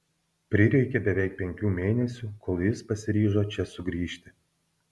prireikė beveik penkių mėnesių kol jis pasiryžo čia sugrįžti